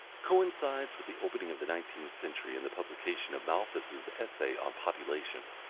coincides with the opening of the nineteenth century and the publication of malthus's essay on population.